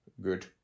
good